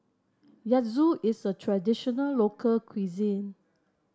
gyoza is a traditional local cuisine